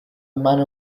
manner